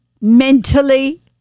mentally